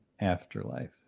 afterlife